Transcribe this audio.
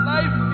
Life